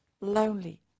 lonely